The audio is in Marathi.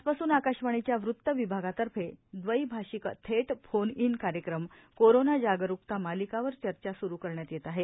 आज पासून आकाशवाणीच्या वृतविभागातर्फे दवैभाषिक थेट फोन इन कार्यक्रम कोरोना जाग़कता मालिका वर चर्चा स्रु करण्यात येत आहे